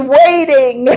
waiting